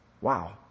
Wow